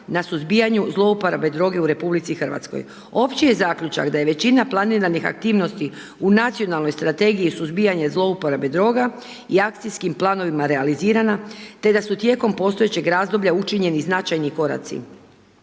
na suzbijanju zlouporabe droga u RH. Opći je zaključak da je većina planiranih aktivnosti u Nacionalnoj strategiji suzbijanja zlouporabe droga i akcijskim planovima realizirana te da su tijekom postojećeg razdoblja učinjeni značajni koraci.